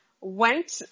went